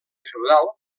feudal